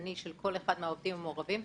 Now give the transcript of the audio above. פרטני של כל אחד מהעובדים המעורבים.